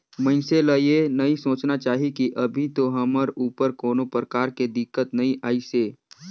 मइनसे ल ये नई सोचना चाही की अभी तो हमर ऊपर कोनो परकार के दिक्कत नइ आइसे